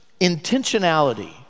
intentionality